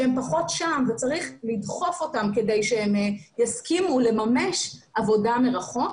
שהם פחות שם וצריך לדחוף אותם כדי שהם יסכימו לממש עבודה מרחוק.